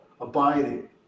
abiding